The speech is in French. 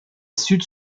sud